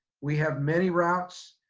we have many routes.